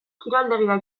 kiroldegira